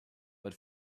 but